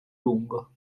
lungo